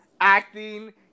acting